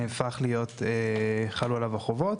נהפך להיות, חלו עליו החובות.